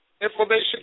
information